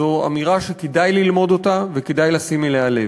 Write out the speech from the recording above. זו אמירה שכדאי ללמוד אותה וכדאי לשים אליה לב.